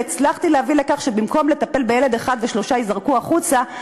והצלחתי להביא לכך שבמקום לטפל בילד אחד ושלושה ייזרקו החוצה,